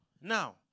now